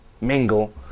mingle